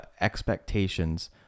expectations